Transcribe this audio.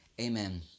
amen